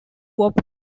wop